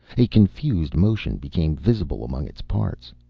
a confused motion became visible among its parts.